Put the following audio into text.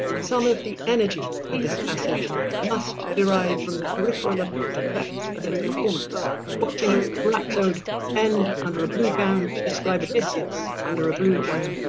some of the energy of this passage must derive from the peripheral um effects of its performance watching a rhapsode end under a blue gown, to describe odysseus under a blue gown,